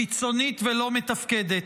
קיצונית ולא מתפקדת.